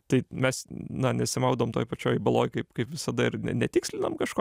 tai mes na nesimaudom toj pačioj baloj kaip kaip visada ir netikslinam kažko